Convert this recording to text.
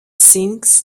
sinks